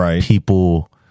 people